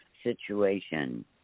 situation